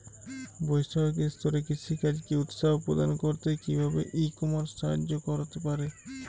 বৈষয়িক স্তরে কৃষিকাজকে উৎসাহ প্রদান করতে কিভাবে ই কমার্স সাহায্য করতে পারে?